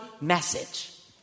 message